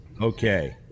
Okay